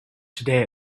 today